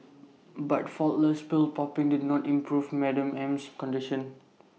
but faultless pill popping did not improve Madam M's condition